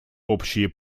общие